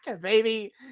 baby